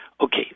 Okay